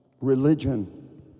religion